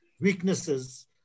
weaknesses